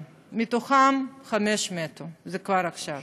מתוכם חמש מתו, זה כבר עכשיו.